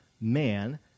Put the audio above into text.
man